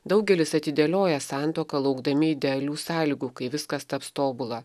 daugelis atidėlioja santuoką laukdami idealių sąlygų kai viskas taps tobula